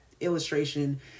illustration